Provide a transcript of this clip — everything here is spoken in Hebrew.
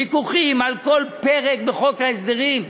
ויכוחים על כל פרק בחוק ההסדרים,